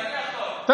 להגיד.